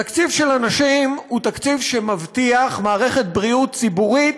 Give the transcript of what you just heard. תקציב של אנשים הוא תקציב שמבטיח מערכת בריאות ציבורית,